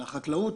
החקלאות,